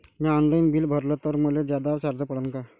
म्या online bill भरलं तर मले जादा चार्ज पडन का?